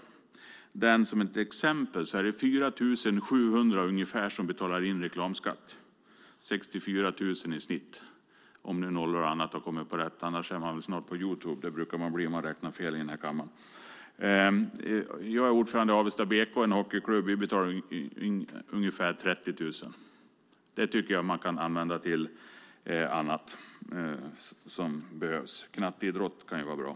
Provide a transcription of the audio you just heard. Men om vi tar reklamskatten som ett exempel kan vi notera att det är ungefär 4 700 som betalar in reklamskatt, 64 000 kronor i snitt - om nu nollor och annat har kommit rätt. Annars är man snart på Youtube. Det brukar man bli om man räknar fel i den här kammaren. Jag är ordförande i Avesta BK, en hockeyklubb. Vi betalar in ungefär 30 000 kronor. Det tycker jag att man kan använda till annat som behövs. Knatteidrott kan ju vara bra.